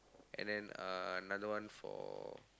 and then uh another one for